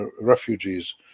refugees